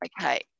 Okay